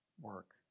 work